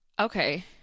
Okay